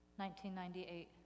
1998